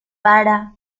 para